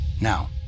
Now